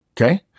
Okay